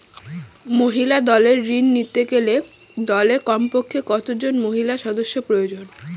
মহিলা দলের ঋণ নিতে গেলে দলে কমপক্ষে কত জন মহিলা সদস্য প্রয়োজন?